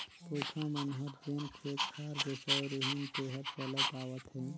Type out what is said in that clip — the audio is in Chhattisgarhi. पूरखा मन हर जेन खेत खार बेसाय रिहिन तेहर चलत आवत हे